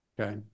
okay